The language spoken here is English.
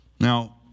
Now